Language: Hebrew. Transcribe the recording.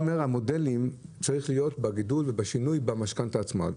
המודלים צריכים להיות בגידול ובשינוי במשכנתא עצמה.